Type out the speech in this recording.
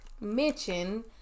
mention